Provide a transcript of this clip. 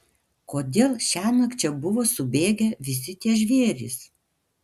kodėl šiąnakt čia buvo subėgę visi tie žvėrys